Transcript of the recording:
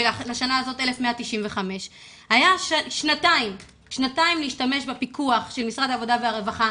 ולשנה הזו 1,095. היו שנתיים להשתמש בפיקוח של משרד העבודה והרווחה,